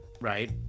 right